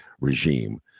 regime